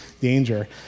danger